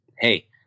hey